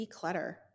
declutter